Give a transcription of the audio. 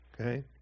Okay